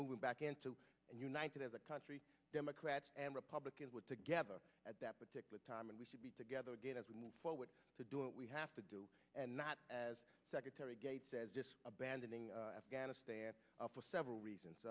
moving back into and united as a country democrats and republicans would together at that particular time and we should be together again as we move forward to do it we have to do and not as secretary gates says abandoning afghanistan for several reasons